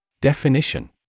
Definition